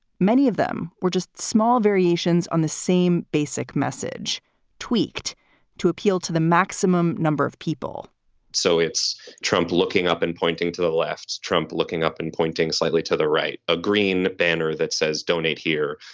many of them were just small variations on the same basic message tweaked to appeal to the maximum number of people so it's trump looking up and pointing to the left's trump looking up and pointing slightly to the right. a green banner that says donate here,